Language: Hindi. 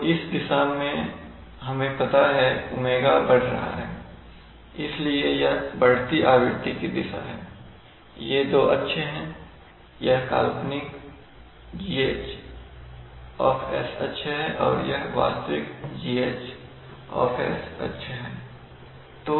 तो इस दिशा में हमें पता है 𝛚 बढ़ रहा है इसलिए यह बढ़ती आवृत्ति की दिशा है ये दो अक्ष हैं यह काल्पनिक GH अक्ष है और यह वास्तविक GH अक्ष है